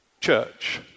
church